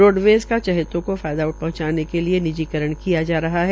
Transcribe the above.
roadways का चहेतों को फायदा पहचांने के लिए निजीकरण किया जा रहा है